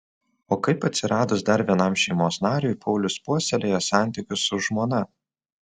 o kaip atsiradus dar vienam šeimos nariui paulius puoselėja santykius su žmona